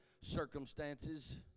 circumstances